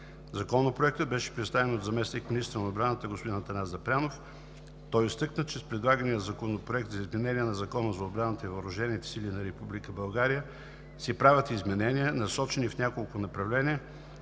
Законопроектът беше представен от заместник-министъра на отбраната господин Атанас Запрянов. Той изтъкна, че с предлагания законопроект за изменение на Закона за отбраната и въоръжените сили на Република България се правят изменения, насочени в няколко направления,